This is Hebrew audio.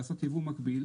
לעשות ייבוא מקביל,